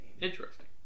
Interesting